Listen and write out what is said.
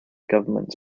government